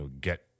get